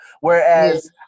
whereas